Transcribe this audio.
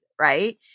right